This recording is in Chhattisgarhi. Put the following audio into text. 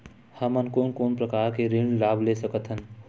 हमन कोन कोन प्रकार के ऋण लाभ ले सकत हन?